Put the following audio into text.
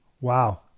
Wow